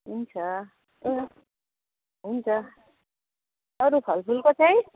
हुन्छ उम् हुन्छ अरू फलफुलको चाहिँ